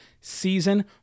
season